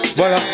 Voilà